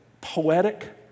poetic